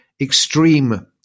extreme